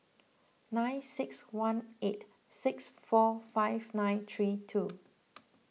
nine six one eight six four five nine three two